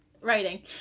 writing